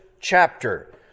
chapter